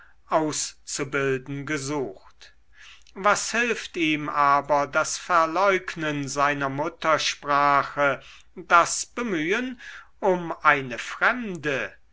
auszubilden gesucht was hilft ihm aber das verleugnen seiner muttersprache das bemühen um eine fremde